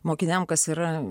mokiniams kas yra